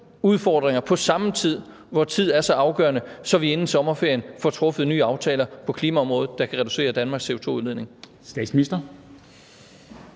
udfordringer på samme tid, hvor tid er så afgørende, så vi inden sommerferien får truffet nye aftaler på klimaområdet, der kan reducere Danmarks CO2-udledning.